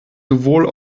sowohl